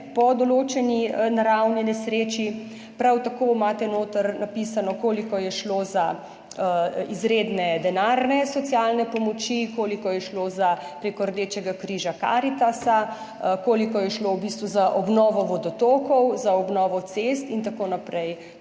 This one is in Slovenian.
po določeni naravni nesreči. Prav tako imate notri napisano, koliko je šlo za izredne denarne socialne pomoči, koliko je šlo prek Rdečega križa, Karitasa, koliko je šlo v bistvu za obnovo vodotokov, za obnovo cest in tako naprej.